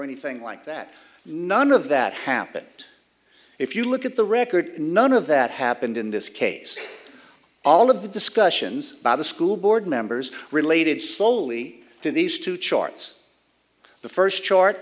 anything like that none of that happened if you look at the record none of that happened in this case all of the discussions by the school board members related soley to these two charts the first chart